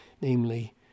namely